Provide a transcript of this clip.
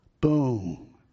Boom